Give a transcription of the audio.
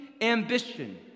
ambition